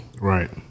Right